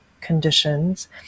conditions